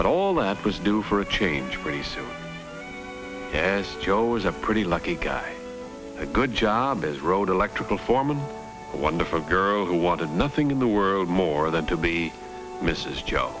but all that was due for a change please as joe was a pretty lucky guy a good job as road electrical foreman wonderful girl who wanted nothing in the world more than to be mrs jo